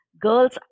Girls